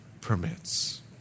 permits